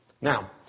Now